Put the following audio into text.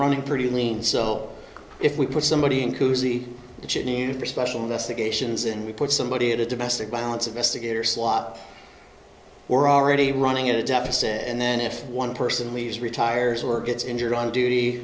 running pretty lean so if we put somebody in cousy to chip in for special investigations and we put somebody at a domestic violence investigator swap we're already running a deficit and then if one person leaves retires or gets injured on duty